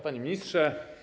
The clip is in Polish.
Panie Ministrze!